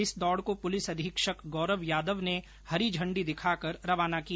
इस दौड को पुलिस अधीक्षक गौरव यादव ने हरी झंडी दिखाकर रवाना किया